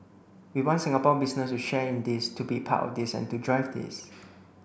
we want Singapore business to share in this to be part of this and to drive this